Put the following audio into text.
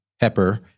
pepper